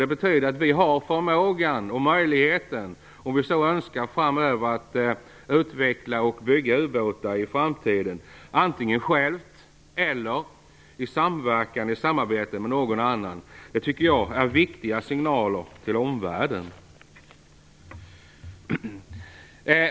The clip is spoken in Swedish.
Det betyder att vi har förmåga och möjlighet att om vi så önskar framöver utveckla och bygga ubåtar, antingen själva eller i samarbete med någon annan. Det tycker jag är viktiga signaler till omvärlden.